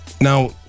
now